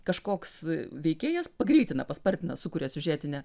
kažkoks veikėjas pagreitina paspartina sukuria siužetinę